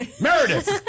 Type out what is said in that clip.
Meredith